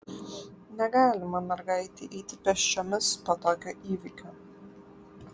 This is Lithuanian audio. negalima mergaitei eiti pėsčiomis po tokio įvyko